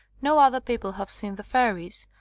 no other people have seen the fairies,